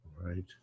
Right